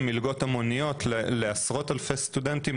מלגות המוניות לעשרות אלפי סטודנטים,